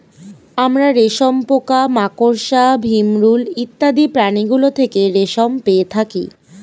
আমরা রেশম পোকা, মাকড়সা, ভিমরূল ইত্যাদি প্রাণীগুলো থেকে রেশম পেয়ে থাকি